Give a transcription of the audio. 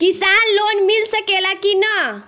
किसान लोन मिल सकेला कि न?